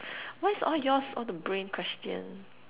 why is all yours all the brain question